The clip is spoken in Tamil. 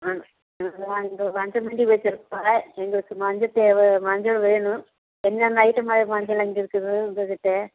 ஆ நாங்கள் மஞ்ச மண்டிலேருந்து பேசுகிறேன்ப்பா எங்களுக்கு மஞ்ச தேவை மஞ்ச வேணும் என்னென்ன ஐட்டம் மஞ்ச கெலங்கு இருக்குது உங்கக்கிட்ட